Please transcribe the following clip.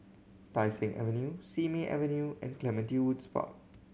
Tai Seng Avenue Simei Avenue and Clementi Woods Park